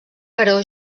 però